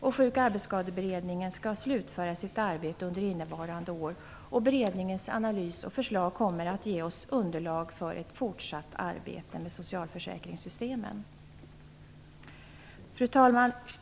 Sjuk och arbetsskadeberedningen skall slutföra sitt arbete under innevarande år, och beredningens analys och förslag kommer att ge oss underlag för ett fortsatt arbete med socialförsäkringssystemen. Fru talman!